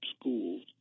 schools